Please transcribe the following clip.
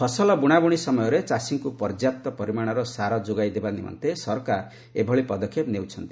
ଫସଲ ବୁଣାବୁଣି ସମୟରେ ଚାଷୀଙ୍କୁ ପର୍ଯ୍ୟାପ୍ତ ପରିମାଣର ସାର ଯୋଗାଇ ଦେବା ନିମନ୍ତେ ସରକାର ଏଭଳି ପଦକ୍ଷେପ ନେଉଛନ୍ତି